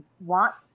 want